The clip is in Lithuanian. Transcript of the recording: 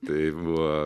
tai buvo